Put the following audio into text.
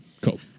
Cool